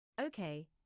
Okay